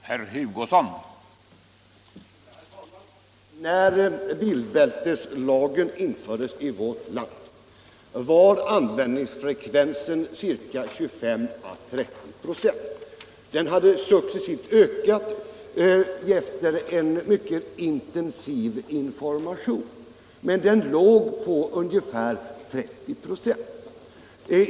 Herr talman! När bilbälteslagen infördes i vårt land var användningsfrekvensen 25 å 30 26. Den hade successivt ökat efter en mycket intensiv information, men den låg alltså på ungefär 30 96.